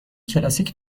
کلاسیک